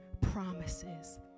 promises